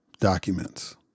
Documents